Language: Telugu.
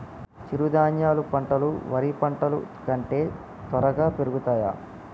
చిరుధాన్యాలు పంటలు వరి పంటలు కంటే త్వరగా పెరుగుతయా?